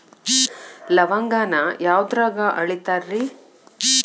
ಲವಂಗಾನ ಯಾವುದ್ರಾಗ ಅಳಿತಾರ್ ರೇ?